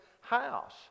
house